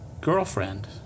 girlfriend